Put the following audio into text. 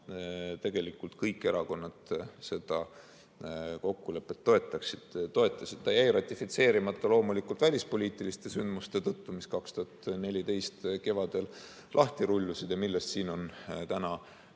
tegelikult kõik erakonnad kokkulepet toetasid. See jäi ratifitseerimata loomulikult välispoliitiliste sündmuste tõttu, mis 2014. aasta kevadel lahti rullusid ja millest siin on täna